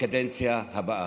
בקדנציה הבאה.